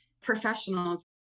professionals